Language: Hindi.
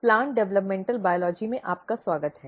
प्लांट डेवलपमेंटल बायोलॉजी में आपका स्वागत है